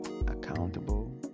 accountable